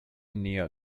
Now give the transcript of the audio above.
near